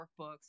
workbooks